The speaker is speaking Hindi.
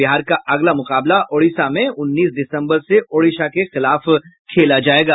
बिहार का अगला मैच ओडिशा में उन्नीस दिसंबर से ओडिशा के खिलाफ खेला जायेगा